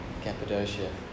Cappadocia